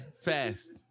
fast